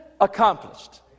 accomplished